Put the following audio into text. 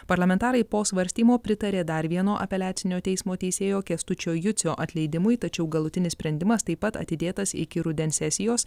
parlamentarai po svarstymo pritarė dar vieno apeliacinio teismo teisėjo kęstučio jucio atleidimui tačiau galutinis sprendimas taip pat atidėtas iki rudens sesijos